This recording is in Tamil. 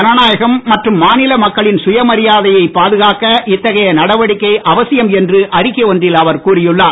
ஜனநாயகம் மற்றும் மாநில மக்களின் சுயமரியாதையை பாதுகாக்க இத்தகைய நடவடிக்கை அவசியம் என்று அறிக்கை ஒன்றில் அவர் கூறியுள்ளார்